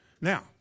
Now